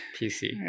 PC